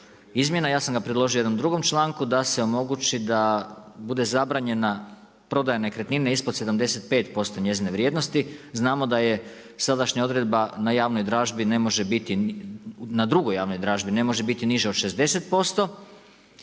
izmjena, ja sam ga predložio u jednom drugom članku da se omogući da bude zabranjena prodaja nekretnine ispod 75% njezine vrijednosti. Znamo da je sadašnja odredba na javnoj dražbi ne može biti na drugoj